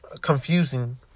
confusing